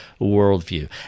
worldview